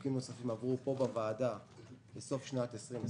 ולחוקים נוספים עברו פה בוועדה בסוף שנת 2020,